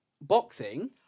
Boxing